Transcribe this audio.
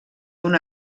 d’un